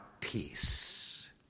peace